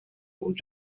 und